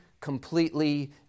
completely